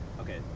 Okay